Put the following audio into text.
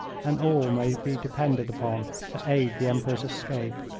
and all may be depended upon to aid the emperor's escape.